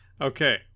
Okay